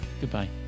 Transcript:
Goodbye